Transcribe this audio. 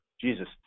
Jesus